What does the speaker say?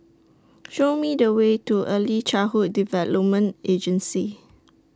Show Me The Way to Early Childhood Development Agency